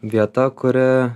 vieta kuri